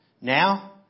Now